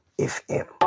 FM